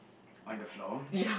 on the floor